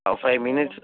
five minutes